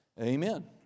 Amen